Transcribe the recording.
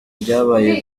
byabaye